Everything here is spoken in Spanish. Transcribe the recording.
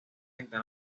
venta